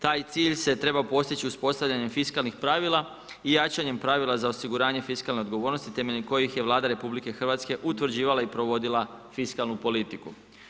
Taj cilj se trebao postići uspostavljanjem fiskalnih pravila i jačanjem pravila za osiguranje fiskalne odgovornosti temeljem kojih je Vlada RH utvrđivala i provodila fiskalnu politiku.